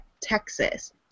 Texas